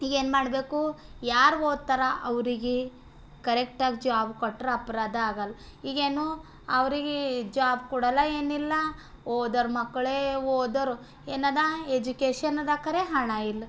ಈಗೇನು ಮಾಡಬೇಕು ಯಾರು ಓದ್ತರಾ ಅವ್ರಿಗೆ ಕರೆಕ್ಟಾಗ ಜಾಬ್ ಕೊಟ್ರೆ ಅಪರಾಧ ಆಗಲ್ಲ ಈಗೇನು ಅವ್ರಿಗೆ ಜಾಬ್ ಕೊಡಲ್ಲ ಏನಿಲ್ಲ ಓದೋರ ಮಕ್ಕಳೇ ಓದೋರು ಏನದಾ ಎಜ್ಯುಕೇಷನ್ನದ ಖರೇ ಹಣ ಇಲ್ಲ